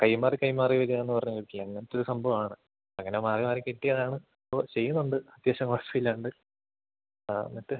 കൈമാറി കൈമാറി വരികയെന്ന് പറഞ്ഞു കേട്ടില്ലേ അങ്ങനത്തെ ഒരു സംഭവമാണ് അങ്ങനെ മാറി മാറി കിട്ടിയതാണ് ഇപ്പം ചെയ്യുന്നുണ്ട് അത്യാവശ്യം മോശം ഇല്ലാണ്ട് ആ എന്നിട്ട്